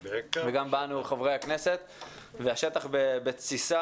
חברי הכנסת הנכבדים וכל מי שאתנו ב-זום.